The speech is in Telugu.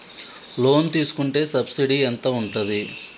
లోన్ తీసుకుంటే సబ్సిడీ ఎంత ఉంటది?